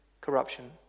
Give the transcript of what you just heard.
corruption